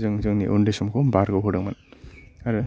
जों जोंनि उन्दै समखौ बारग' होदोंमोन